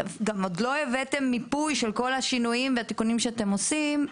עוד לא הבאתם מיפוי של כל השינויים והתיקונים שאתם עושים,